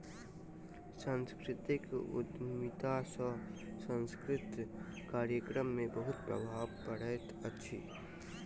सांस्कृतिक उद्यमिता सॅ सांस्कृतिक कार्यक्रम में बहुत प्रभाव पड़ैत अछि